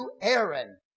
Aaron